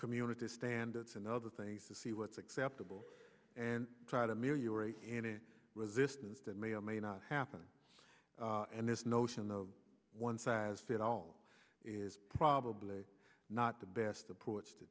community standards and other things to see what's acceptable and try to mirror any resistance that may or may not happen and this notion of one size fits all is probably not the best approach to